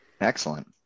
Excellent